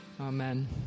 Amen